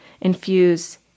infuse